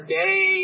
day